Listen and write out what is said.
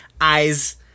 eyes